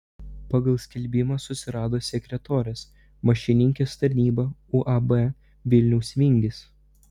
pagal skelbimą susirado sekretorės mašininkės tarnybą uab vilniaus vingis